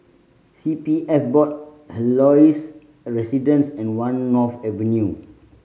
C P F Board Helios Residences and One North Avenue